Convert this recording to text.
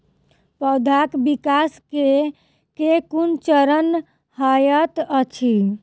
पौधाक विकास केँ केँ कुन चरण हएत अछि?